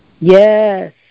Yes